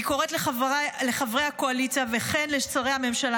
אני קוראת לחברי הקואליציה וכן לשרי הממשלה